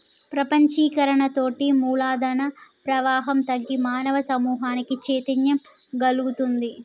ప్రపంచీకరణతోటి మూలధన ప్రవాహం తగ్గి మానవ సమూహానికి చైతన్యం గల్గుతుంది